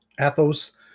Athos